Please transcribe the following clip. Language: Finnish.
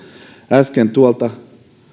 äsken tuolta